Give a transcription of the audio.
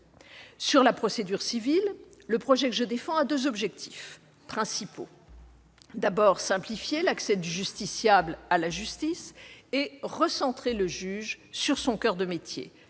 Sur la procédure civile, le projet que je défends a deux objectifs principaux : d'abord, simplifier l'accès du justiciable à la justice, ensuite, recentrer le juge sur son coeur de métier